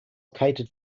catered